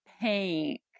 pink